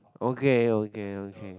okay okay okay